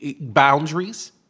boundaries